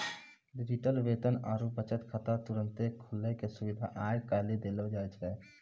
digital वेतन आरु बचत खाता तुरन्ते खोलै के सुविधा आइ काल्हि देलो जाय छै